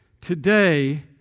today